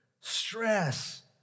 stress